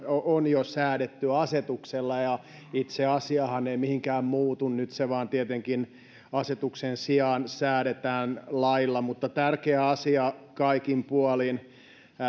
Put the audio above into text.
on jo säädetty asetuksella ja itse asiahan ei mihinkään muutu nyt se vain tietenkin asetuksen sijaan säädetään lailla mutta tärkeä asia kaikin puolin